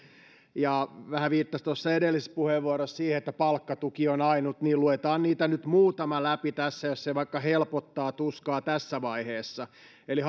ja vähän viittasi tuossa edellisessä puheenvuorossa siihen että palkkatuki on ainut niin luetaan niitä nyt muutama läpi tässä jos se vaikka helpottaa tuskaa tässä vaiheessa eli